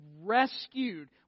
rescued